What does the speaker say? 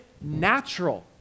natural